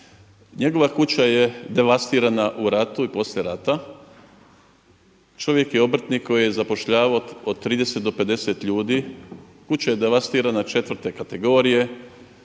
njegova kuća je devastirana u ratu i poslije rata, čovjek je obrtnik koji je zapošljavao od 30 do 50 ljudi, kuća je devastirana 4. kategorije,